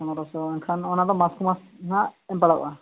ᱯᱚᱸᱫᱨᱚ ᱥᱚ ᱮᱱᱠᱷᱟᱱ ᱚᱱᱟᱫᱚ ᱢᱟᱥᱮ ᱢᱟᱥᱮ ᱦᱟᱜ ᱮᱢ ᱯᱟᱲᱟᱣᱟᱜ